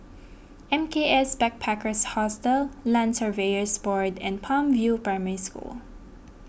M K S Backpackers Hostel Land Surveyors Board and Palm View Primary School